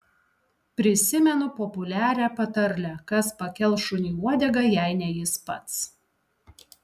prisimenu populiarią patarlę kas pakels šuniui uodegą jei ne jis pats